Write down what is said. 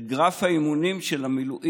את גרף האימונים של המילואים.